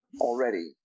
already